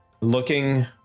Looking